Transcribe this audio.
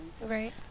Right